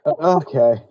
Okay